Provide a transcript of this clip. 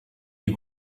die